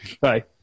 Bye